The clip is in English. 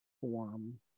form